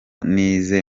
nize